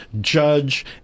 judge